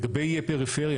לגבי פריפריה,